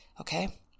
Okay